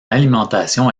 alimentation